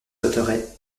cotterêts